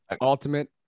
ultimate